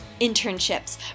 Internships